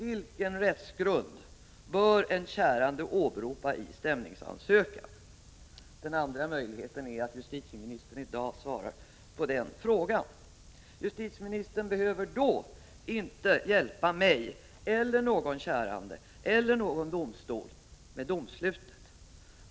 Vilken rättsgrund bör en kärande åberopa i stämningsansökan?” Den andra möjligheten är att justitieministern i dag svarar på den frågan. Justitieministern behöver då inte hjälpa mig eller någon kärande eller hjälpa någon domstol med domslutet.